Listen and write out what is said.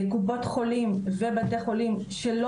קופות חולים ובתי חולים שלא